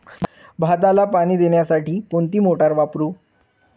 भाताला पाणी देण्यासाठी कोणती मोटार वापरू?